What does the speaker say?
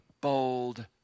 bold